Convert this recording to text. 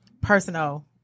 personal